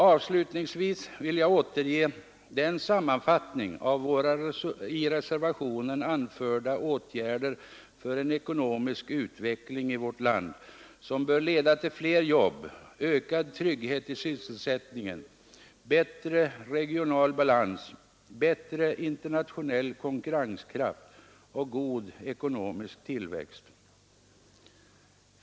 Avslutningsvis vill jag återge den sammanfattning av våra i reservationen anförda åtgärder för en ekonomisk utveckling i vårt land, som bör leda till fler jobb, ökad trygghet i sysselsättningen, bättre regional balans, bättre internationell konkurrenskraft och god ekonomisk tillväxt.